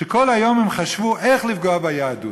שכל היום הם חשבו איך לפגוע ביהדות.